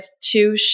two